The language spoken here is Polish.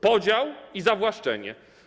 Podział i zawłaszczenie.